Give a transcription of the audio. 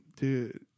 dude